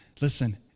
listen